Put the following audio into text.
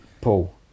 Paul